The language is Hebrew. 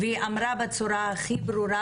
והיא אמרה בצורה הכי ברורה,